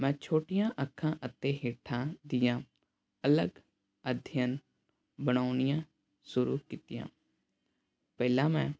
ਮੈਂ ਛੋਟੀਆਂ ਅੱਖਾਂ ਅਤੇ ਹੇਠਾਂ ਦੀਆਂ ਅਲੱਗ ਅਧਿਅਨ ਬਣਾਉਣੀਆਂ ਸ਼ੁਰੂ ਕੀਤੀਆਂ ਪਹਿਲਾਂ ਮੈਂ